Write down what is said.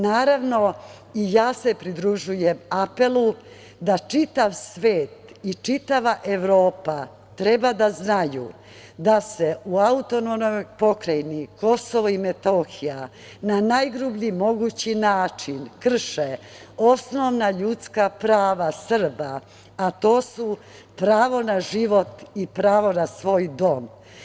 Naravno, i ja se pridružujem apelu da čitav svet i čitava Evropa treba da znaju da se na AP Kosovo i Metohija na najgrublji mogući način krše osnovna ljudska prava Srba, a to su pravo na život i pravo na svoj dom.